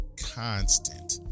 constant